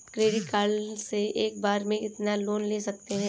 Credit card से एक बार में कितना लोन ले सकते हैं?